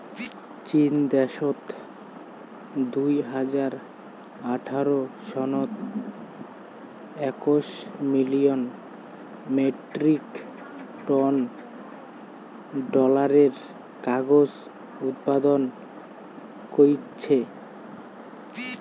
চীন দ্যাশত দুই হাজার আঠারো সনত একশ মিলিয়ন মেট্রিক টন ডলারের কাগজ উৎপাদন কইচ্চে